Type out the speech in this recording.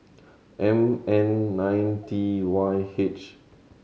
M N nine T Y H